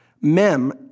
Mem